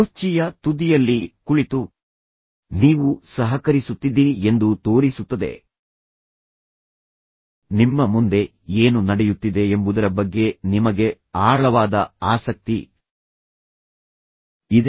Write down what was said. ಕುರ್ಚಿಯ ತುದಿಯಲ್ಲಿ ಕುಳಿತು ನೀವು ಸಹಕರಿಸುತ್ತಿದ್ದೀರಿ ಎಂದು ತೋರಿಸುತ್ತದೆ ನಿಮ್ಮ ಮುಂದೆ ಏನು ನಡೆಯುತ್ತಿದೆ ಎಂಬುದರ ಬಗ್ಗೆ ನಿಮಗೆ ಆಳವಾದ ಆಸಕ್ತಿ ಇದೆ